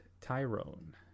Tyrone